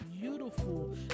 beautiful